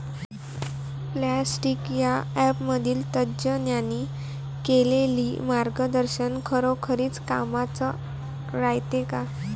Plantix या ॲपमधील तज्ज्ञांनी केलेली मार्गदर्शन खरोखरीच कामाचं रायते का?